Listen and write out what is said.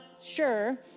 sure